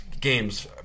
games